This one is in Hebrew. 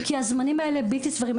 כי הזמנים האלה בלתי סבירים.